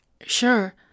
Sure